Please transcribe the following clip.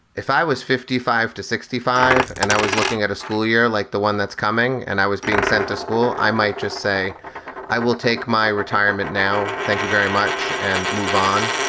if i was fifty five to sixty five and i was looking at a school year like the one that's coming and i was being sent to school, i might just say i will take my retirement now. thank you very much. and move on.